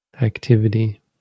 activity